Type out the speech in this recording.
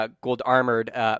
gold-armored